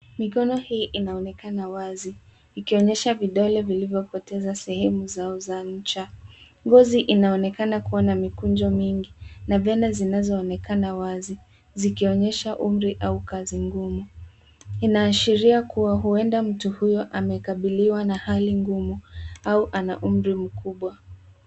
Mikono hii inaonekana wazi ikionyesha vidole vilivyopoteza sehemu zao za ncha. Ngozi inaonekana kuwa na mikunjo mingi na na vena zinazoonekana wazi zikionyesha umri au kazi ngumu. Inaashiria kuwa huenda mtu huyo amekabiliwa na hali ngumu au ana umri mkubwa.